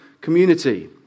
community